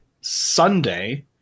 Sunday